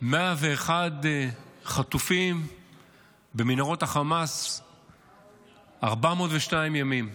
101 חטופים במנהרות החמאס 402 ימים.